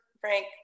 Frank